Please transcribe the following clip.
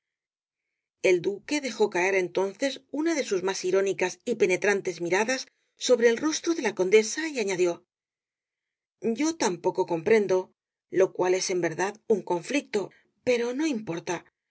el duque dejó caer entonces una de sus más irónicas y penetrantes miradas sobre el rostro de la condesa y añadió yo tampoco comprendo lo cual es en verdad un conflicto pero no importa